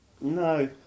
No